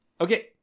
Okay